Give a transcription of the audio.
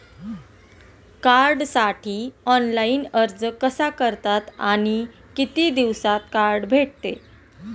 कार्डसाठी ऑनलाइन अर्ज कसा करतात आणि किती दिवसांत कार्ड भेटते?